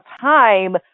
time